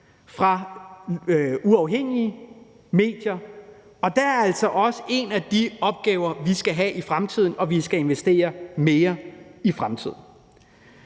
fra uafhængige medier. Det er altså også en af de opgaver, vi skal have i fremtiden, og vi skal investere mere i fremtiden.